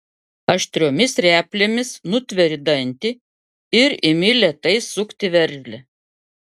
aštriomis replėmis nutveri dantį ir imi lėtai sukti veržlę